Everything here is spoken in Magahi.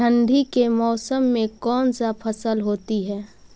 ठंडी के मौसम में कौन सा फसल होती है?